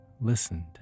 listened